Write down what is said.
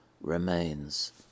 remains